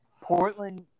Portland